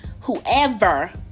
whoever